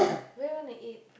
where you wanna eat